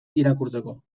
irakurtzeko